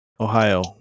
Ohio